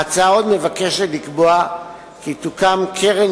ההצעה מבקשת עוד לקבוע כי תוקם קרן